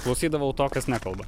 klausydavau to kas nekalba